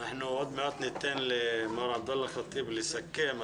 אנחנו עוד מעט ניתן למר עבדאללה חטיב לסכם.